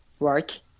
work